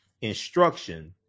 instruction